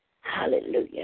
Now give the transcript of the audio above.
Hallelujah